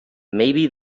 maybe